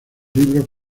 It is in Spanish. libros